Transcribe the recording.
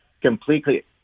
completely